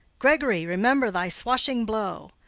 gregory, remember thy swashing blow.